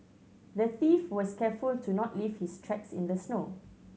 the thief was careful to not leave his tracks in the snow